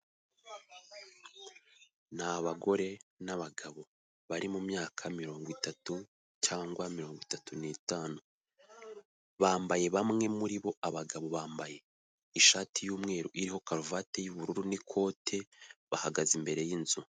Ni abagore n'abagabo bari mu myaka mirongo itatu cyangwa mirongo itatu n'itanu, bambaye bamwe muri bo abagabo bambaye ishati y'umweru iriho karuvati y'ubururu n'ikote, bahagaze imbere y'inzu.